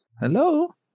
Hello